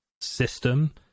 system